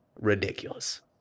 ridiculous